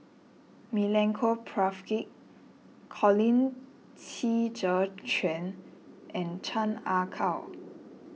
Milenko Prvacki Colin Qi Zhe Quan and Chan Ah Kow